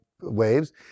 waves